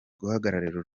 guhagararira